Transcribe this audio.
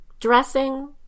dressing